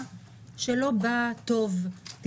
שלא באה טוב בעיניים של אותם עבריינים,